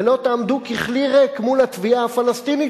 ולא תעמדו ככלי ריק מול התביעה הפלסטינית